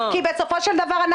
כי בסופו של דבר,